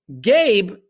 Gabe